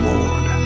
Lord